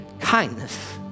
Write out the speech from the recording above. Kindness